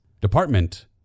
Department